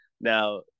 now